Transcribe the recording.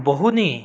बहुनि